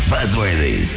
Buzzworthy